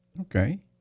Okay